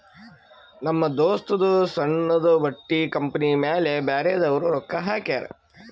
ನಮ್ ದೋಸ್ತದೂ ಸಣ್ಣುದು ಬಟ್ಟಿ ಕಂಪನಿ ಮ್ಯಾಲ ಬ್ಯಾರೆದವ್ರು ರೊಕ್ಕಾ ಹಾಕ್ಯಾರ್